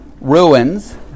ruins